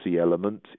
element